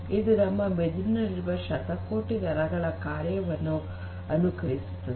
ಇದು ನಮ್ಮ ಮೆದುಳಿನಲ್ಲಿರುವ ಶತಕೋಟಿ ನರಗಳ ಕಾರ್ಯವನ್ನು ಅನುಕರಿಸುತ್ತದೆ